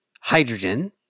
hydrogen